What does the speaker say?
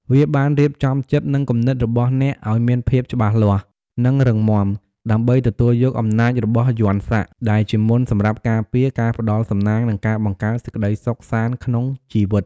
វាបានរៀបចំចិត្ត និងគំនិតរបស់អ្នកឲ្យមានភាពច្បាស់លាស់ និងរឹងមាំ ដើម្បីទទួលយក អំណាចរបស់យន្តសាក់ ដែលជាមន្តសម្រាប់ការពារ ការផ្ដល់សំណាង និងការបង្កើតសេចក្ដីសុខសាន្តក្នុងជីវិត។